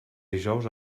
dijous